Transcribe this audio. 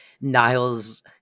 Niles